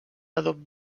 adob